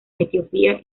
etiopía